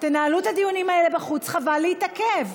תנהלו את הדיונים האלה בחוץ, חבל להתעכב.